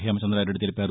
పేమచంద్రారెడ్డి తెలిపారు